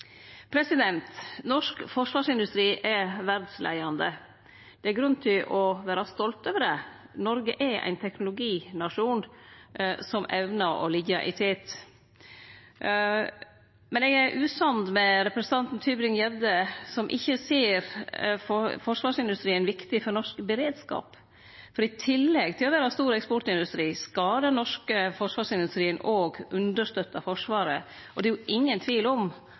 Norsk forsvarsindustri er verdsleiande. Det er grunn til å vere stolt over det. Noreg er ein teknologinasjon som evnar å liggje i tet. Men eg er usamd med representanten Tybring-Gjedde, som ikkje ser forsvarsindustrien som viktig for norsk beredskap. I tillegg til å vere ein stor eksportindustri skal den norske forsvarsindustrien også støtte Forsvaret, og det er jo ingen tvil om